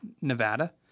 nevada